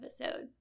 episode